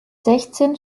sechzehn